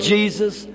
Jesus